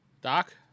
Doc